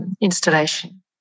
installation